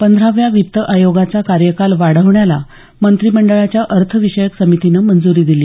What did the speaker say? पंधराव्या वित्त आयोगाचा कार्यकाल वाढवण्याला मंत्रिमंडळाच्या अर्थविषयक समितीनं मंजुरी दिली